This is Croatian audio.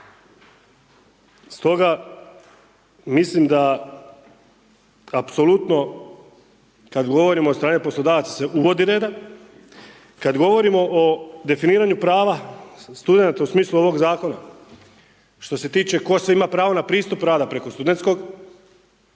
Stoga mislim da apsolutno kada govorimo od strane poslodavaca se uvodi reda. Kada govorimo o definiranju prava studenata u smislu ovoga zakona što se tiče tko sve ima pravo na pristup rada preko studentskog